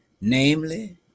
Namely